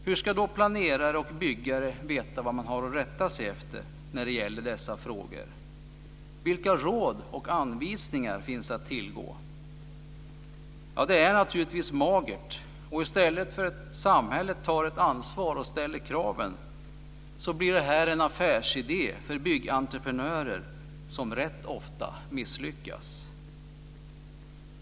Hur ska då planerare och byggare veta vad man har att rätta sig efter när det gäller dessa frågor? Vilka råd och anvisningar finns att tillgå? Det är naturligtvis magert, och i stället för att samhället tar ett ansvar och ställer kraven blir det här en affärsidé för byggentreprenörer som rätt ofta misslyckas.